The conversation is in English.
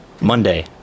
Monday